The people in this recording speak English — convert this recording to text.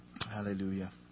Hallelujah